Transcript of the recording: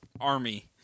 army